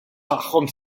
tagħhom